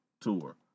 Tour